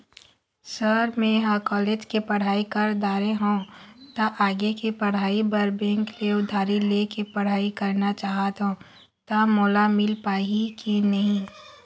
Sir म ह college के पढ़ाई कर दारें हों ता आगे के पढ़ाई बर बैंक ले उधारी ले के पढ़ाई करना चाहत हों ता मोला मील पाही की नहीं?